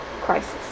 crisis